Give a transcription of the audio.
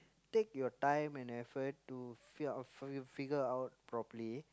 take your time and effort to f~ figure out properly